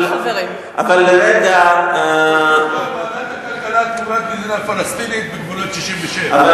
ועדת הכלכלה תמורת מדינה פלסטינית בגבולות 67'. אבל,